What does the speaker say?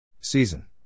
Season